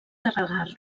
carregar